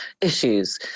issues